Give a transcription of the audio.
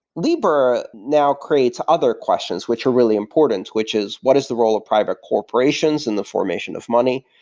libra now creates other questions, which are really important, which is what is the role of private corporations in the formation of money?